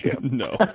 No